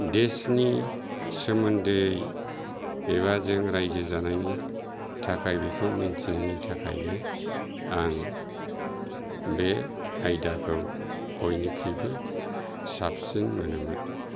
देसनि सोमोन्दै एबा जों रायजो जानायनि थाखाय बेखौ मोनथिनायनि थाखायनो आं बे आइदाखौ बयनिख्रुयबो साबसिन मोनोमोन